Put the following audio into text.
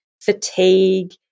fatigue